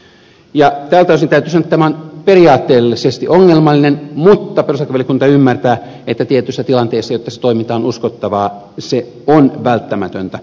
tältä osin täytyy sanoa että tämä on periaatteellisesti ongelmallista mutta perustuslakivaliokunta ymmärtää että tietyissä tilanteissa jotta se toiminta on uskottavaa se on välttämätöntä